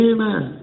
Amen